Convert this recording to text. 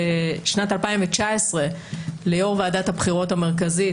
בשנת 2019 ליו"ר ועדת הבחירות המרכזית,